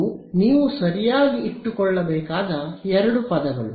ಇವು ನೀವು ಸರಿಯಾಗಿ ಇಟ್ಟುಕೊಳ್ಳಬೇಕಾದ ಎರಡು ಪದಗಳು